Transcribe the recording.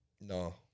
No